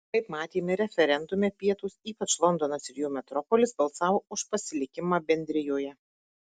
kaip matėme referendume pietūs ypač londonas ir jo metropolis balsavo už pasilikimą bendrijoje